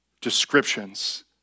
descriptions